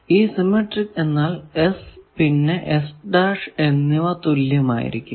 ഈ സിമെട്രിക് എന്നാൽ S പിന്നെ S' എന്നിവ തുല്യമായിരിക്കും